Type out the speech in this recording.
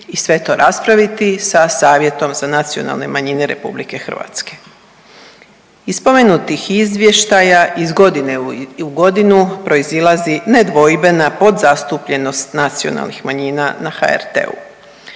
i sve to raspraviti sa Savjetom za nacionalne manjine RH. Iz spomenutih izvještaja iz godine u godinu proizilazi nedvojbena podzastupljenost nacionalnih manjina na HRT-u.